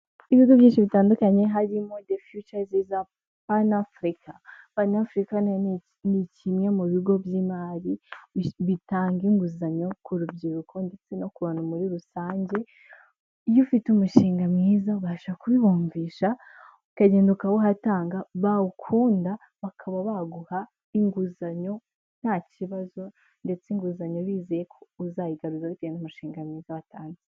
Ibigo byinshi bitandukanye harimo the future is pan-African. Pan-African ni kimwe mu bigo by'imari bitanga inguzanyo ku rubyiruko ndetse no ku bantu muri rusange. Iyo ufite umushinga mwiza ubasha kubibumvisha ukagenda ukawuhatanga bawukunda bakaba baguha inguzanyo nta kibazo. Ndetse inguzanyo bizeye ko uzayigaruza bitewe n'umushinga mwiza watanze.